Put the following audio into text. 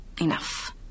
Enough